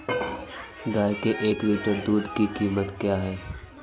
गाय के एक लीटर दूध की कीमत क्या है?